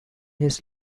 his